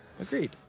agreed